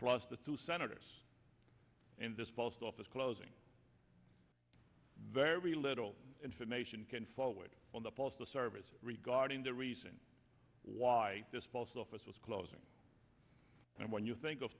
plus the two senators in this post office closing very little information can forward on the postal service regarding the reason why this post office was closing and when you think of